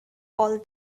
all